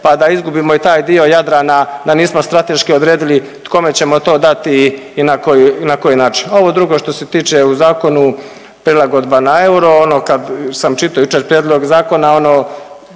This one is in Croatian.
pa da izgubimo i taj dio Jadrana, da nismo strateški odredili kome ćemo to dati i na koji način. Ovo drugo što se tiče u zakonu prilagodba na euro, ono kad sam čitao jučer prijedlog zakon ono